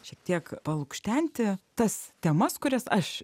šiek tiek lukštenti tas temas kurias aš